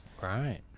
Right